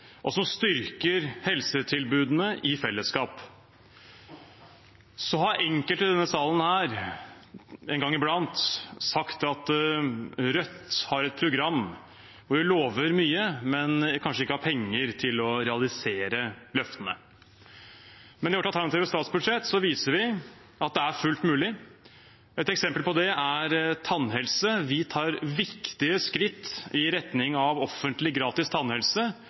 og som styrker helsetilbudene i fellesskap. Så har enkelte i denne salen en gang iblant sagt at Rødt har et program hvor vi lover mye, men kanskje ikke har penger til å realisere løftene. Men i vårt alternative statsbudsjett viser vi at det er fullt mulig. Et eksempel på det er tannhelse. Vi tar viktige skritt i retning av offentlig gratis tannhelse